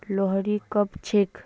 लोहड़ी कब छेक